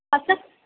असं